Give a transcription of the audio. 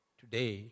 today।